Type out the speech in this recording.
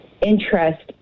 interest